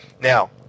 Now